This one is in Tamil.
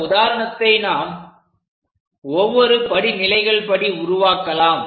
இந்த உதாரணத்தை நாம் ஒவ்வொரு படிநிலைகள் படி உருவாக்கலாம்